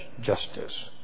justice